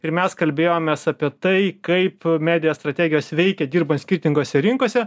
ir mes kalbėjomės apie tai kaip medija strategijos veikia dirbant skirtingose rinkose